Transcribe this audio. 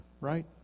right